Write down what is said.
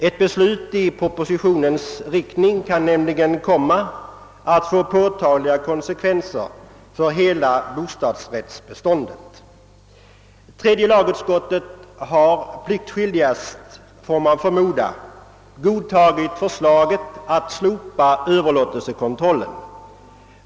Ett beslut i enlighet med propositionen kan nämligen komma att få påtagliga konsekvenser för hela bostadsrättsbeståndet. Tredje lagutskottet har förmodligen pliktskyldigast godtagit förslaget att slopa överlåtelsekontrollen.